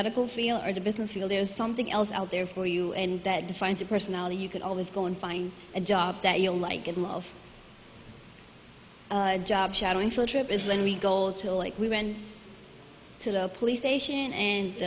medical field or the business field there's something else out there for you and that defines a personality you can always go and find a job that you like and love job shadowing field trip is when we goal to like we went to the police station and